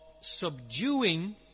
subduing